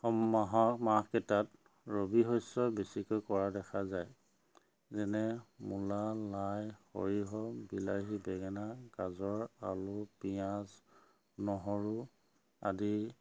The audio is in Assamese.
মাহৰ মাহকেইটাত ৰবিশস্য বেছিকৈ কৰা দেখা যায় যেনে মূলা লাই সৰিয়হ বিলাহী বেঙেনা গাজৰ আলু পিঁয়াজ নহৰু আদি